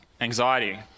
anxiety